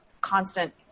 constant